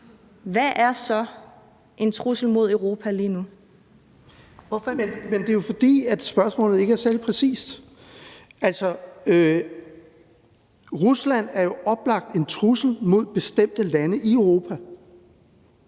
Kl. 12:47 Søren Søndergaard (EL): Men det er jo, fordi spørgsmålet ikke er særlig præcist. Altså, Rusland er jo oplagt en trussel mod bestemte lande i Europa.